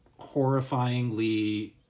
horrifyingly